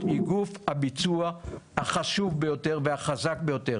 היא גוף הביצוע החשוב ביותר והחזק ביותר.